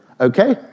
okay